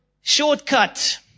shortcut